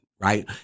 Right